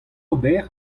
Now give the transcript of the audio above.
ober